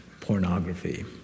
pornography